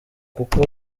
kuko